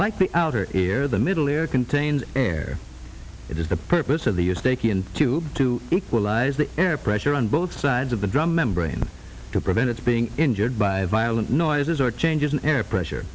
like the outer ear the middle ear contains air it is the purpose of the eustachian tube to equalize the air pressure on both sides of the drum membrane to prevent its being injured by violent noises or changes in air pressure